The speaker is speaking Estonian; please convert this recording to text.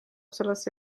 sellesse